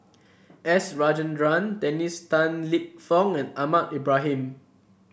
S Rajendran Dennis Tan Lip Fong and Ahmad Ibrahim